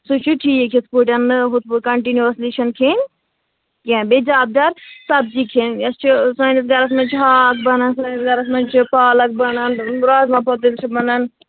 سُہ چھُ ٹھیٖک یِتھٕ پٲٹھۍ نہٕ یتھٕ پٲٹھۍ کنٹِنیٛوس تہِ چھَنہٕ کھیٚنۍ کیٚنٛہہ بیٚیہِ زیادٕ زیادٕ سبٕزی کھیٚنۍ یتھ چھِ سٲنِس گرس منٛز چھُ ہاکھ بنان سٲنس گرس منٛز چھ پالک بنان رازما پۄتٕلۍ چھِ بنان